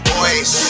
Boys